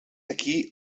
aquí